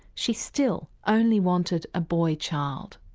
she still only wanted a boy child.